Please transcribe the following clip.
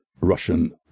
Russian